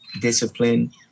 discipline